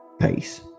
Peace